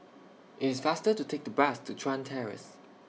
IS faster to Take The Bus to Chuan Terrace